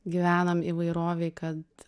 gyvenam įvairovėj kad